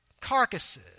Carcasses